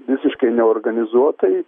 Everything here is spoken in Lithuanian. visiškai neorganizuotai